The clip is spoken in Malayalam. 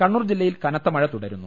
കണ്ണൂർ ജില്ലയിൽ കനത്ത മഴ തുടരുന്നു